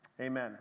Amen